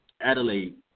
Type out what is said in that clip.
Adelaide